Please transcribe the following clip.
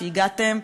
שהגעתם,